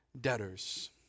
debtors